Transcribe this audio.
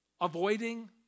avoiding